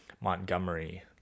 Montgomery